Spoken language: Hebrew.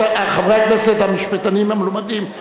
חברי הכנסת המשפטנים המלומדים,